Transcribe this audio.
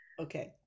Okay